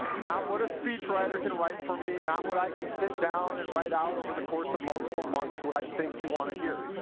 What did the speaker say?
not what a speech writer can write for me. not what i can sit down and write out over the course of multiple months, what i think you want to hear.